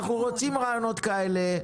אנחנו רוצים רעיונות כאלה.